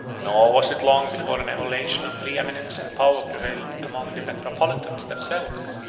nor was it long before an emulation of preeminence and power prevailed among the metropolitans themselves,